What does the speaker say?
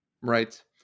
Right